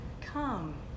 Come